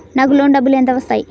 నాకు లోన్ డబ్బులు ఎంత వస్తాయి?